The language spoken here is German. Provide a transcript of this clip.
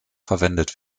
verwendet